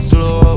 Slow